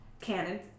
canon